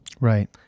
Right